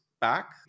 back